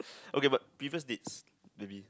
okay but previous needs maybe